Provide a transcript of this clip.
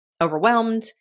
overwhelmed